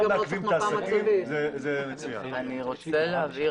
אני רוצה להבהיר.